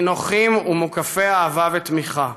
נינוחים ומוקפים אהבה ותמיכה.